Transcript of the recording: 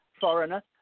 Foreigner